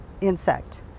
insect